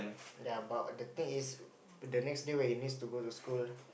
ya but the thing is but the next day when he needs to go to school